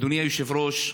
אדוני היושב-ראש,